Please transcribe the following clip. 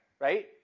right